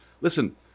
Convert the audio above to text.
Listen